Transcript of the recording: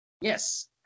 Yes